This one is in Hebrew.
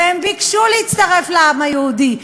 והם ביקשו להצטרף לעם היהודי,